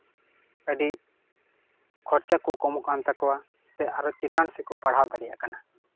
ᱟᱹᱰᱤ ᱠᱷᱚᱨᱪᱟ ᱠᱚ ᱠᱚᱢᱚᱜ ᱠᱟᱱ ᱛᱟᱠᱚᱣᱟ ᱥᱮ ᱟᱨᱚ ᱪᱮᱛᱟᱱ ᱥᱮᱫ ᱠᱚ ᱯᱟᱲᱦᱟᱣ ᱫᱟᱲᱮᱭᱟᱜ ᱠᱟᱱᱟ